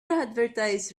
advertise